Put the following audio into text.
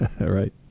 Right